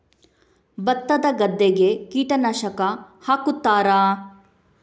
ಭತ್ತದ ಗದ್ದೆಗೆ ಕೀಟನಾಶಕ ಹಾಕುತ್ತಾರಾ?